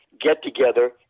get-together